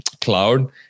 cloud